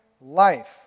life